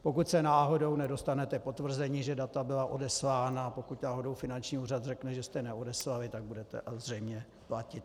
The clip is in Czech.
Pokud se náhodou nedostanete k potvrzení, že data byla odeslána, a pokud náhodou finanční úřad řekne, že jste je neodeslali, tak budete zřejmě platit.